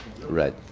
Right